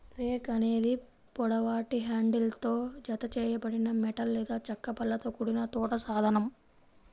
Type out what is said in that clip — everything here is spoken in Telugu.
రేక్ అనేది పొడవాటి హ్యాండిల్తో జతచేయబడిన మెటల్ లేదా చెక్క పళ్ళతో కూడిన తోట సాధనం